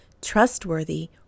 trustworthy